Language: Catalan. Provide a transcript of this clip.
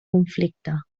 conflicte